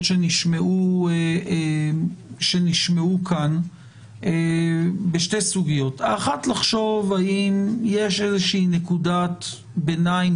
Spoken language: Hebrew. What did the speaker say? שנשמעו כאן בשתי סוגיות: האחת לחשוב האם יש איזושהי נקודת ביניים